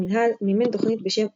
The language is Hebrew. המינהל מימן תוכנית בשם "אוטוטו",